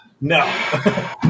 no